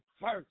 first